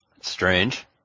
Strange